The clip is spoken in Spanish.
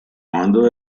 mando